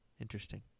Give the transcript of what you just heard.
Interesting